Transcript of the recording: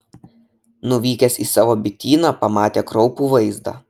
nuvykęs į savo bityną pamatė kraupų vaizdą